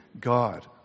God